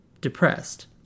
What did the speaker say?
depressed